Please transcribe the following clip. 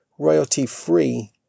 royalty-free